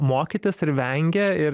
mokytis ir vengia ir